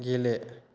गेले